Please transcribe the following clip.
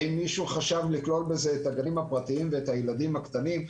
האם מישהו חשב לכלול בזה את הגנים הפרטיים ואת הילדים הקטנים?